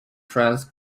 trans